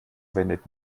wendet